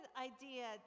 idea